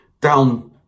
down